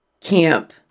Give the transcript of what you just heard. camp